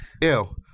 ew